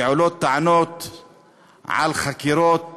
ועולות טענות על חקירות